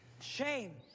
Shame